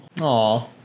Aw